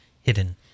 hidden